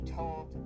told